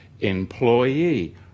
Employee